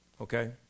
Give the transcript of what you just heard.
okay